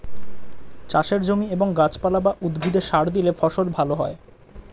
চাষের জমি এবং গাছপালা বা উদ্ভিদে সার দিলে ফসল ভালো হয়